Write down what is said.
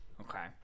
Okay